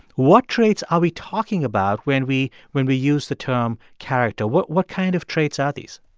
what traits are we talking about when we when we use the term character? what what kind of traits are these?